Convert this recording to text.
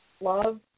love